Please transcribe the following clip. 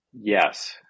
Yes